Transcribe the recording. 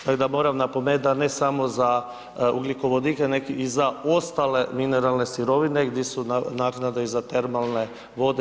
Tako da moram napomenuti da ne samo za ugljikovodike, nego i za ostale mineralne sirovine gdje su naknade i za termalne vode.